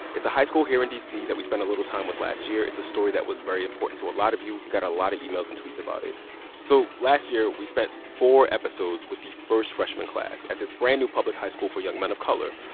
it's a high school here in d c. that we spent a little time with last year. it's a story that was very important to a lot of you. we got a lot of emails and tweets about it so last year, we spent four episodes with the first freshman class at this brand-new public high school for young men of color.